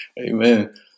amen